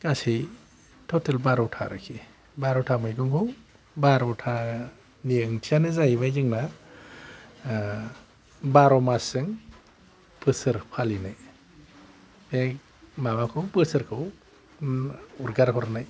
गासै टथेल बार'था आरिखि बार'था मैगंखौ बार'था बार'था नि ओंथियानो जाहैबाय जोंना ओह बार' मासजों बोसोर फालिनाय बे माबाखौ बोसोरखौ उम उरगार हरनाय